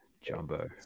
Jumbo